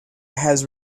has